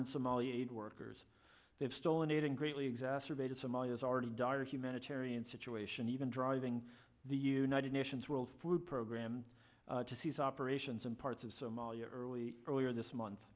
in somalia aid workers they've stolen aiding greatly exacerbated somalia's already dire humanitarian situation even driving the united nations world food programme to cease operations in parts of somalia early earlier this month